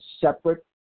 separate